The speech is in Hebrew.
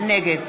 נגד